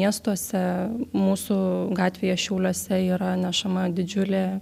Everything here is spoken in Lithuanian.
miestuose mūsų gatvėje šiauliuose yra nešama didžiulė